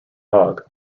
hogg